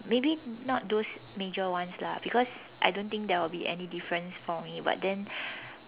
maybe not those major ones lah because I don't think there will be any difference for me but then